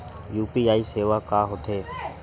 UPI सेवा का होथे?